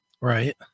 Right